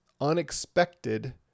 unexpected